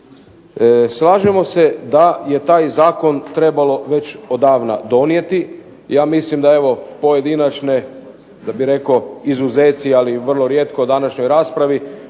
Slažemo se da je taj zakon trebalo već odavna donijeti. Ja mislim da evo pojedinačne, da bih rekao izuzeci, ali vrlo rijetko u današnjoj raspravi